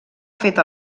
fet